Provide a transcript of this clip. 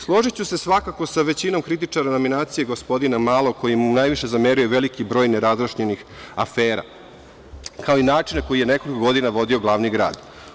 Složiću se svakako sa većinom kritičara nominacije gospodina Malog, koji mu najviše zameraju veliki broj nerazjašnjenih afera, kao i način na koji je nekoliko vodio glavni grad.